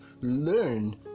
learn